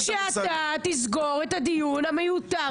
שאתה תסגור את הדיון המיותר הזה.